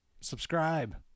Subscribe